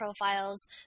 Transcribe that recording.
profiles